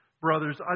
brothers